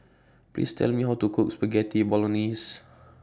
Please Tell Me How to Cook Spaghetti Bolognese